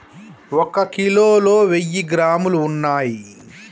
ఒక కిలోలో వెయ్యి గ్రాములు ఉన్నయ్